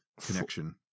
connection